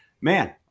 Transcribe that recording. man